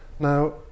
Now